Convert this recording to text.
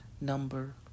Number